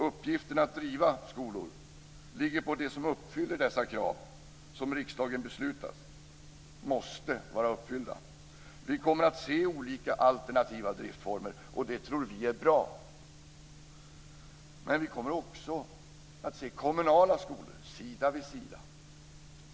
Uppgiften att driva skolor ligger på dem som uppfyller de krav som riksdagen beslutar måste uppfyllas. Vi kommer att se olika alternativa driftformer, och det tror vi är bra. Men vi kommer också att se kommunala skolor sida vid sida.